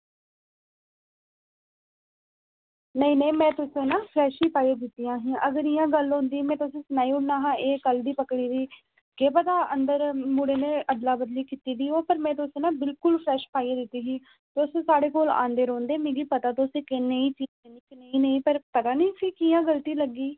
नेईं नेईं में तुसेंई ना फ्रैश ई पाई दित्तियां हियां अगर इ'यां गल्ल होंदी में तुसेंगी सनाई ओड़ना हा एह् कल दी पकड़ी दी केह् पता अंदर मुड़े ने अदला बदली कीती दी होऐ पर में ना तुसेंगी बिलकुल फ्रैश पाइयै दित्ती ही तुस साढ़े कोल आंदे रौंह्दे मिगी पता तुस कनेही चीज लैंदे कनेही नेईं पर पता निं फ्ही कि'यां गलती लग्गी